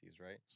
right